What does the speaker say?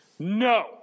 No